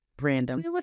random